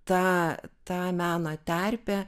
ta ta meno terpė